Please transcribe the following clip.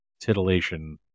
titillation